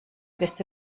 beste